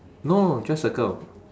no just circle